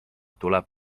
tuleb